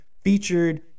featured